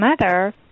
mother